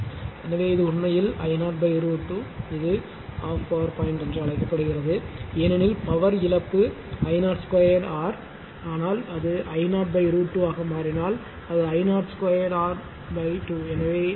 எனவே இது உண்மையில் I0 √ 2 இது 12 பவர் பாயிண்ட் என்று அழைக்கப்படுகிறது ஏனெனில் பவர் இழப்பு I 0 2 R ஆனால் அது I0 √ 2 ஆக மாறினால் அது I 0 2 R 2